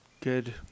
good